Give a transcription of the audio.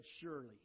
surely